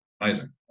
Amazing